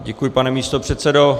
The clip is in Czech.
Děkuji, pane místopředsedo.